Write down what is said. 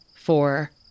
four